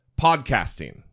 podcasting